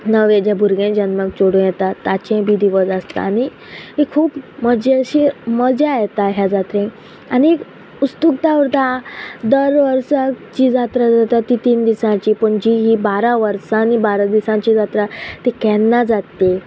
नवें जें भुरगे जल्माक चेडूं येता ताचें बी दिवस आसता आनी खूब मजेशी मजा येता ह्या जात्रेक आनीक उस्तूक उरता दर वर्सा जी जात्रा जाता ती तीन दिसांची पूण जी ही बारा वर्सांनी बारा दिसांची जात्रा ती केन्ना जात